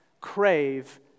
crave